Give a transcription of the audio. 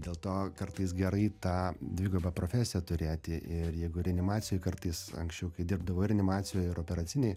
dėl to kartais gerai tą dvigubą profesiją turėti ir jeigu reanimacijoj kartais anksčiau dirbdavau reanimacijoj ir operacinėj